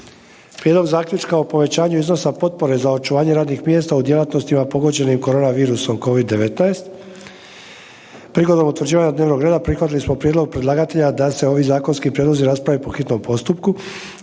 Prijedlog zaključka o povećanju iznosa potpore za očuvanje radnih mjesta u djelatnostima pogođenim korona virusom COVID-19 Prigodom utvrđivanja dnevnog reda prihvatili smo prijedlog predlagatelja da se ovi zakonski prijedlozi rasprave po hitnom postupku.